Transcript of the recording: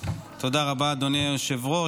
תודה רבה, אדוני היושב-ראש.